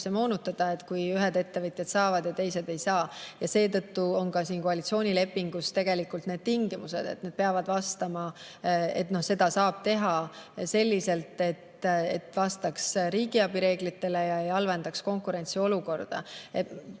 see moonutada, kui ühed ettevõtjad saavad ja teised ei saa. Seetõttu on ka koalitsioonilepingus tegelikult need tingimused, et seda saab teha selliselt, et vastaks riigiabireeglitele ega halvendaks konkurentsiolukorda.